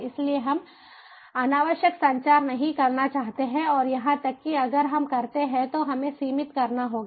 इसलिए हम अनावश्यक संचार नहीं करना चाहते हैं और यहां तक कि अगर हम करते हैं तो हमें सीमित करना होगा